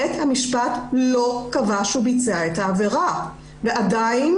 בית המשפט לא קבע שהוא ביצע את העבירה ועדיין